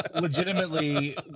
Legitimately